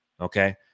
okay